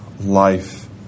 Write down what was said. life